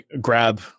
grab